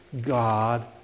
God